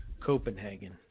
Copenhagen